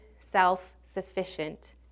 self-sufficient